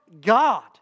God